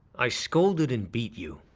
i scolded and beat you.